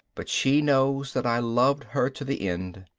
but she knows that i loved her to the end.